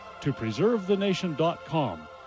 topreservethenation.com